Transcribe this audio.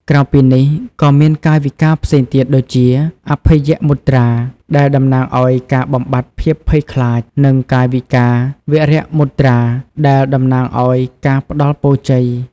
ក្រៅពីនេះ ក៏មានកាយវិការផ្សេងទៀតដូចជា អភយមុទ្រា ដែលតំណាងឱ្យការបំបាត់ភាពភ័យខ្លាច និងកាយវិការ វរមុទ្រា ដែលតំណាងឱ្យការផ្ដល់ពរជ័យ។